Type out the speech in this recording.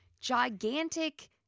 gigantic